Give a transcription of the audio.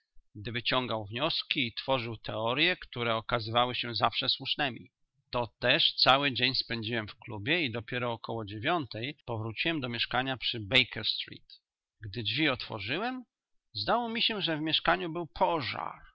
gdy wyciągał wnioski i tworzył teorye które okazywały się zawsze słusznemi to też cały dzień spędziłem w klubie i dopiero około dziewiątej powróciłem do mieszkania przy bakerstreet gdy drzwi otworzyłem zdało mi się że w mieszkaniu był pożar